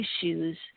issues